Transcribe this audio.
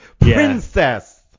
Princess